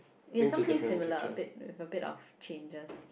you have something similar a bit with a bit of changes